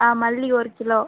ஆ மல்லி ஒரு கிலோ